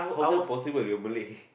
how's that possible you're Malay